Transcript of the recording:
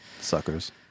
Suckers